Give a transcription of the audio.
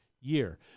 year